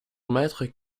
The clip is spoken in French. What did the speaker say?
mètres